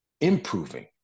improving